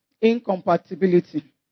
Incompatibility